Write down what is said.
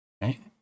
Right